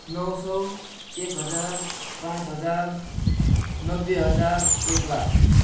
नौ सौ एक हजार पाँच हजार नब्बे हजार एक लाख